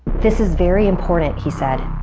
this is very important, he said,